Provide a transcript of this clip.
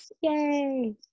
yay